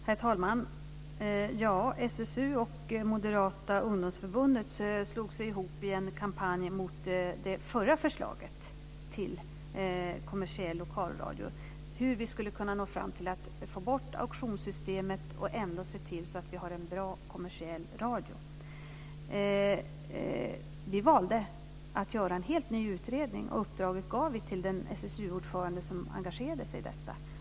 Herr talman! SSU och Moderata ungdomsförbundet slog sig ihop i en kampanj mot det förra förslaget till kommersiell lokalradio, dvs. hur vi skulle nå fram till att få bort auktionssystemet och ändå se till att det finns en bra kommersiell radio. Vi valde att göra en helt ny utredning, och uppdraget gav vi till den SSU-ordförande som engagerade sig i detta.